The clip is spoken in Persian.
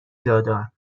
جادار